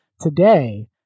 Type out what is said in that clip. Today